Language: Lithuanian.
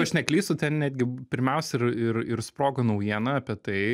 aš neklystu ten netgi pirmiausia ir ir ir sprogo naujiena apie tai